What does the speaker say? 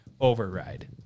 override